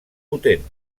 potent